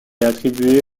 attribué